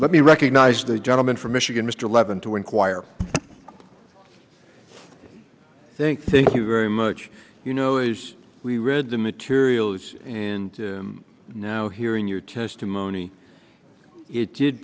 let me recognize the gentleman from michigan mr levin to inquire i think thank you very much you know as we read the material it's and now hearing your testimony it did